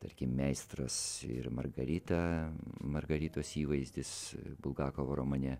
tarkim meistras ir margarita margaritos įvaizdis bulgakovo romane